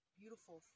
beautiful